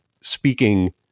speaking